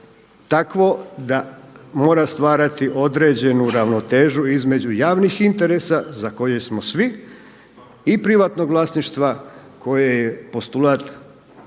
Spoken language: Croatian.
takvo da mora stvarati određenu ravnotežu između javnih interesa za koje smo svi i privatnog vlasništva koje je postulat